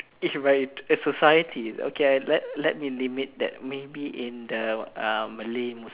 in society okay I let let me limit that maybe in the uh Malay Muslim